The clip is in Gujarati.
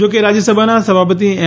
જો કે રાજ્યસભાના સભાપતિ એમ